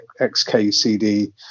XKCD